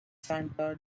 santa